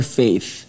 faith